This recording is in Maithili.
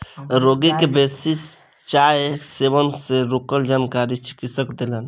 रोगी के बेसी चाय सेवन सँ रोगक जानकारी चिकित्सक देलैन